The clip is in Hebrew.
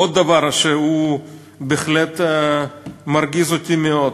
עוד דבר שהוא בהחלט מרגיז אותי מאוד.